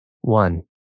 One